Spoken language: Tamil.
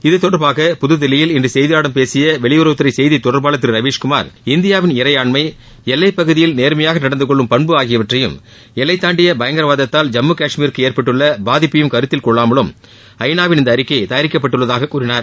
இது தொடர்பாக புதுதில்லயில் இன்று செய்தியாளர்களிடம் பேசிய வெளியுறவுத்துறை செய்தி தொடர்பாளர் திரு ரவீஸ்குமார் இந்தியாவின் இறையாண்மை எல்லைப்பகுதியில் நேர்மையாக நடந்துகொள்ளும் பண்பு ஆகியவற்றையும் எல்லை தாண்டிய பயங்கரவாதத்தால் ஜம்மு காஷ்மீருக்கு ஏற்பட்டுள்ள பாதிப்பை கருத்தில்கொள்ளாமலும் ஐநாவின் இந்த அறிக்கை தயாரிக்கப்பட்டுள்ளதாக கூறினார்